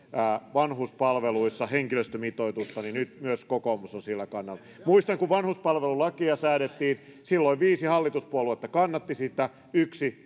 vanhuspalveluissa henkilöstömitoitusta nyt myös kokoomus on sillä kannalla muistan että kun vanhuspalvelulakia säädettiin silloin viisi hallituspuoluetta kannatti sitä yksi